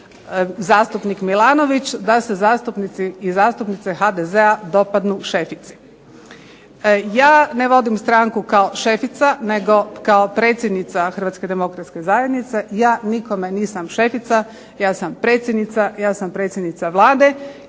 zastupnik Milanović, da se zastupnici i zastupnice HDZ-a dopadnu šefici. Ja ne vodim stranku kao šefica nego kao predsjednica Hrvatske demokratske zajednice. Ja nikome nisam šefica, ja sam predsjednica, ja sam predsjednica Vlade